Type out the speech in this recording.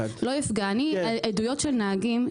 מעדויות של נהגים,